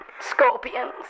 Scorpions